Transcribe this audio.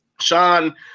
Sean